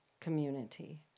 community